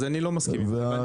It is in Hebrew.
אני לא מסכים איתך.